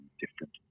different